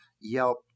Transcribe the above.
Yelp